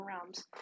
Realms